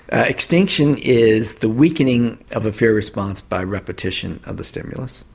ah extinction is the weakening of a fear response by repetition of the stimulus,